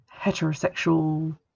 heterosexual